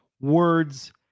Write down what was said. words